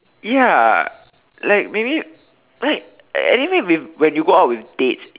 ya like maybe like anyway when you go out with dates